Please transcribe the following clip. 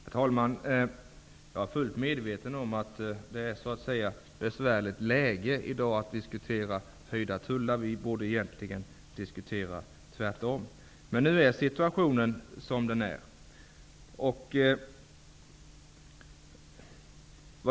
Herr talman! Jag är fullt medveten om att det är besvärligt att i dag diskutera höjda tullar. Vi borde egentligen diskutera det motsatta. Men nu är situationen som den är.